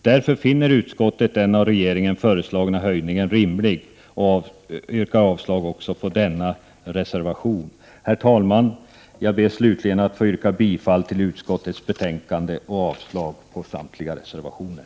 Därför finner utskottet den av regeringen föreslagna höjningen rimlig. Jag yrkar avslag också på denna reservation. Herr talman! Jag ber slutligen att få yrka bifall till utskottets hemställan och avslag på samtliga reservationer.